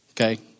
okay